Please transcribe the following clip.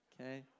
Okay